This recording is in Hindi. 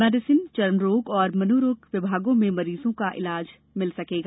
मेडीसिन चर्मरोग और मनोरोग विभागों में मरीजों को इलाज मिल सकेगा